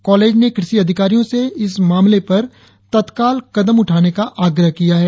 college ने कृषि अधिकारियों से इस मामले पर तत्काल कदम उठाने का आग्रह किया है